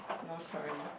your turn